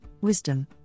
wisdom